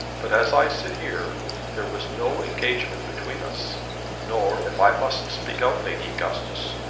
but as i sit here there was no engagement between us nor, if i must speak out, lady augustus,